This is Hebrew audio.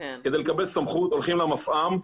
כדי לקבל סמכות הולכים למפעם.